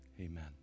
amen